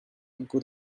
good